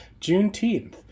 Juneteenth